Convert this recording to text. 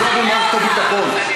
לפגוע במערכת הביטחון,